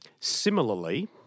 similarly